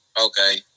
Okay